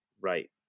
right